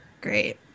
Great